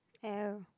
oh